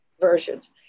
versions